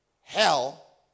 hell